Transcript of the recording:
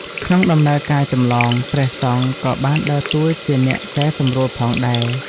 ក្នុងដំណើរការចម្លង ព្រះសង្ឃក៏បានដើរតួជាអ្នកកែសម្រួលផងដែរ។